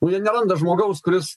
jie neranda žmogaus kuris